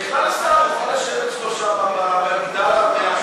בכלל שר יכול לשבת אצלו שם במגדל המאה